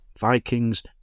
Vikings